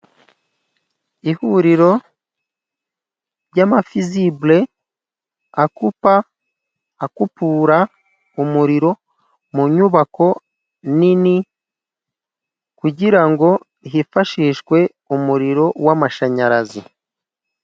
Ihuriro ry'amafizibule akupa, akukura umuriro mu nyubako nini kugirango hifashishwe umuriro w'amashanyarazi.